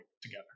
together